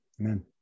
Amen